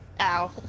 Ow